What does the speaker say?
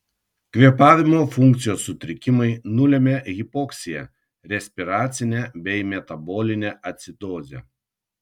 kvėpavimo funkcijos sutrikimai nulemia hipoksiją respiracinę bei metabolinę acidozę